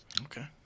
Okay